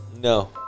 No